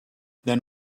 then